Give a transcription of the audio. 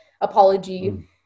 apology